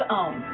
own